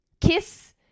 Kiss